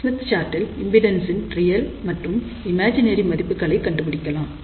Smith சார்ட்டில் impedance ன் real மற்றும் இமேஜினரி மதிப்புகளை கண்டுபிடிக்கலாம்